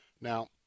Now